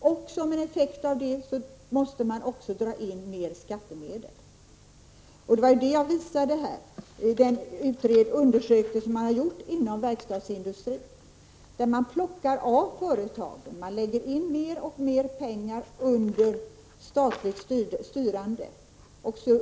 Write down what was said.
Som en effekt av det måste man också dra in mer skattemedel. Den undersökning som gjorts inom verkstadsindustrin visar att man plockar av företagen pengar och lägger in mer och mer pengar under statligt styrande.